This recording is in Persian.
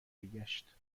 میگشت